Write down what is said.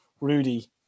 Rudy